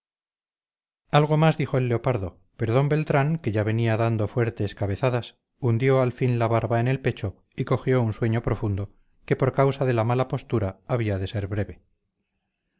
algo más dijo el leopardo pero d beltrán que ya venía dando fuertes cabezadas hundió al fin la barba en el pecho y cogió un sueño profundo que por causa de la mala postura había de ser breve